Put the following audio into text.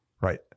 Right